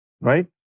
Right